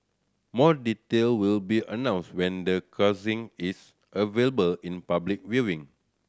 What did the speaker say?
more detail will be announced when the casing is available in public viewing